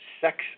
sex